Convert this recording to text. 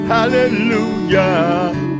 Hallelujah